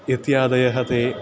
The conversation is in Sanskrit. इत्यादयः ते